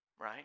right